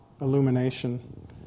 illumination